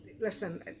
listen